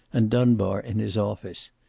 and dunbar in his office.